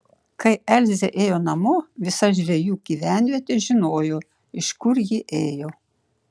kai elzė ėjo namo visa žvejų gyvenvietė žinojo iš kur ji ėjo